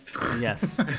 Yes